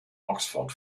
oxford